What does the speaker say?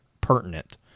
pertinent